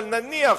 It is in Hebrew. אבל נניח